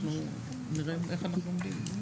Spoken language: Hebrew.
אנחנו נראה איך אנחנו עומדים.